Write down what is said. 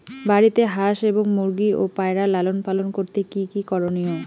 বাড়িতে হাঁস এবং মুরগি ও পায়রা লালন পালন করতে কী কী করণীয়?